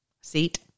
seat